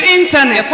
internet